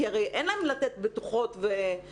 כי הרי אין להם לתת בטוחות וערבים.